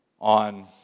On